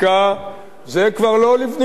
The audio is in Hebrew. זה כבר לא לפנים משורת הדין,